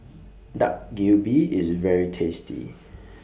Dak Galbi IS very tasty